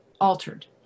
altered